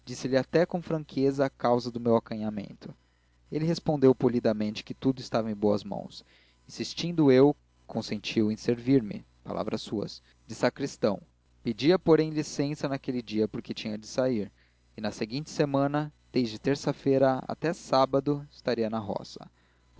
disse-lhe até com franqueza a causa do meu acanhamento ele respondeu polidamente que tudo estava em boas mãos insistindo eu consentiu em servir-me palavras suas de sacristão pedia porém licença naquele dia porque tinha de sair e na seguinte semana desde terça-feira até sábado estaria na roga